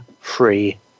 free